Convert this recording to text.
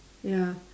ya